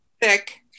thick